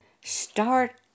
Start